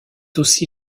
aussi